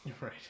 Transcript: Right